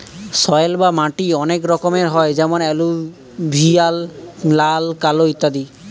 soil বা মাটি অনেক রকমের হয় যেমন এলুভিয়াল, লাল, কালো ইত্যাদি